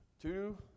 Two